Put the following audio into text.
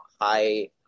high